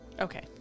Okay